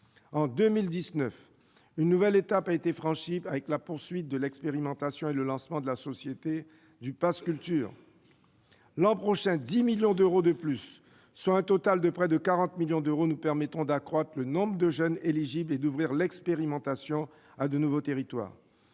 En 2019, une nouvelle étape a été franchie avec la poursuite de l'expérimentation et le lancement de la société du pass culture. L'an prochain, 10 millions d'euros supplémentaires, soit un total de près de 40 millions d'euros, nous permettront d'accroître le nombre de jeunes éligibles et d'ouvrir l'expérimentation à de nouveaux territoires.